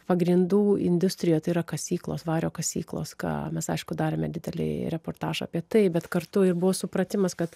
pagrindų industrijoje tai yra kasyklos vario kasyklos ką mes aišku darėme didelį reportažą apie tai bet kartu ir buvo supratimas kad